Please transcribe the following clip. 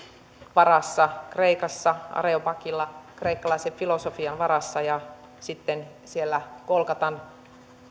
varassa kreikassa areiopagilla kreikkalaisen filosofian varassa ja sitten siellä golgatan